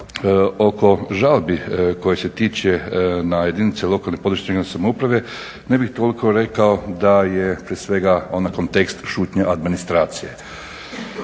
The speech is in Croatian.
oko žalbi koje se tiče na jedinice lokalne (područne) regionalne samouprave ne bih toliko rekao da je prije svega onaj kontekst šutnja administracije